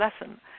lesson